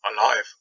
alive